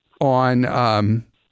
on –